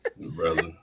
brother